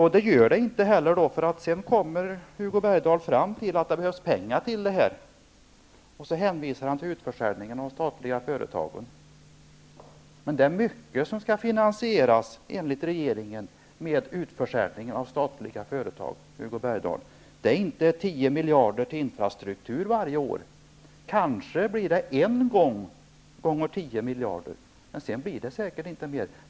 Hugo Bergdahl kommer sedan fram till att det behövs pengar och hänvisar till utförsäljningen av statliga företag. Det är mycket som skall finansieras, enligt regeringen, med denna utförsäljning. Dessa pengar kommer inte att räcka till 10 miljarder till infrastruktur varje år. Det blir kanske 10 miljarder en gång, men sedan blir det säkert inte mer.